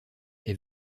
est